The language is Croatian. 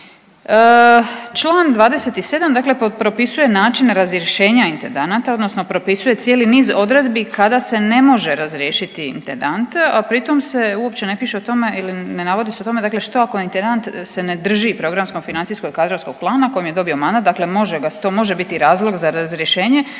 Čl. 27. dakle propisuje način razrješenja intendanata odnosno propisuje cijeli niz odredbi kada se ne može razriješiti intendant, a pri tom se uopće ne piše o tome ili ne navodi se o tome dakle što ako intendant se ne drži programskog, financijskog i …/Govornik se ne razumije/…u kojem je dobio mandat, dakle može ga, to može biti razlog za razrješenje,